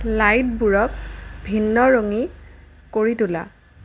লাইটবোৰক ভিন্ন ৰঙী কৰি তোলা